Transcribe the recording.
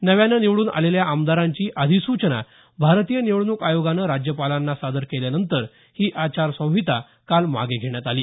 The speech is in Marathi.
नव्यानं निवडून आलेल्या आमदारांची अधिसूचना भारतीय निवडणूक आयोगानं राज्यपालांना सादर केल्यानंतर ही आचारसंहित काल मागे घेण्यात आली